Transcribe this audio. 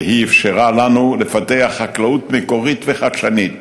והיא אפשרה לנו לפתח חקלאות מקורית וחדשנית